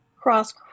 cross